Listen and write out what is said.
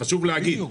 חשוב להגיד.